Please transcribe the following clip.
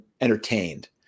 entertained